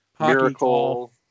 Miracle